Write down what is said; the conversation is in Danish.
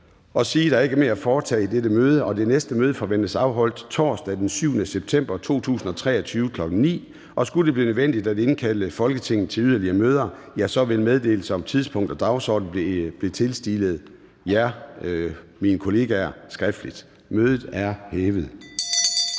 Der er ikke mere at foretage i dette møde. Folketingets næste møde forventes afholdt torsdag den 7. september 2023, kl. 9.00. Skulle det blive nødvendigt at indkalde Folketinget til yderligere møder, vil meddelelse om tidspunkt og dagsorden blive tilstillet jer, mine kollegaer, skriftligt. Mødet er hævet.